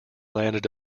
landed